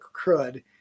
crud